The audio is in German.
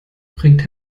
bringt